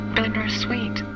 Bittersweet